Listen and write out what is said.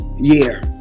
year